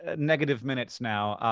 ah negative minutes now,